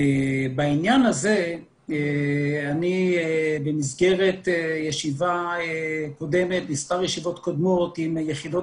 בעניין הזה במסגרת מספר ישיבות קודמות עם יחידות